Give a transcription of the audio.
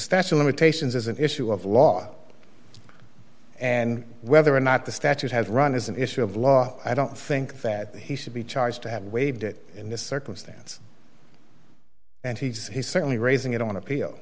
statue of limitations is an issue of law and whether or not the statute has run is an issue of law i don't think that he should be charged to have waived it in this circumstance and he certainly raising it on a